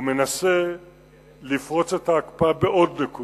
או מנסה לפרוץ את ההקפאה בעוד נקודה.